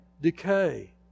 decay